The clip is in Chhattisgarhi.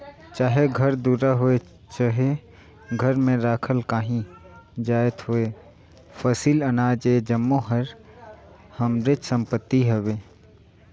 चाहे घर दुरा होए चहे घर में राखल काहीं जाएत होए फसिल, अनाज ए जम्मो हर हमरेच संपत्ति हवे